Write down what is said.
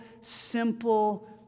simple